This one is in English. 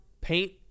paint